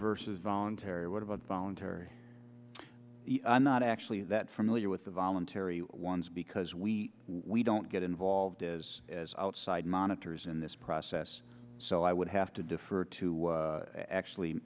versus voluntary would have a voluntary i'm not actually that familiar with the voluntary ones because we we don't get involved as as outside monitors in this process so i would have to defer to actually